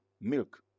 milk